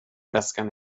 väskan